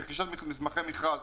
רכישת מסמכי מכרז,